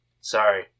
sorry